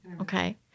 okay